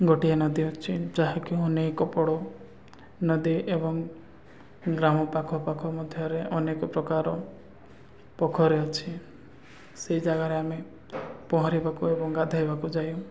ଗୋଟିଏ ନଦୀ ଅଛି ଯାହାକି ଅନେକପଡ଼ ନଦୀ ଏବଂ ଗ୍ରାମ ପାଖ ପାଖ ମଧ୍ୟରେ ଅନେକ ପ୍ରକାର ପୋଖରୀ ଅଛି ସେହି ଜାଗାରେ ଆମେ ପହଁରିବାକୁ ଏବଂ ଗାଧେଇବାକୁ ଯାଇ